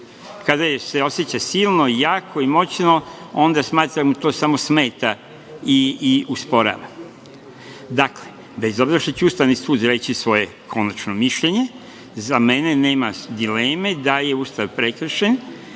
Kada se oseća silno i jako i moćno onda smatramo da to samo smeta i usporava. Dakle, bez obzira što će Ustavni sud reći svoje konačno mišljenje, za mene nema dileme da je Ustav prekršen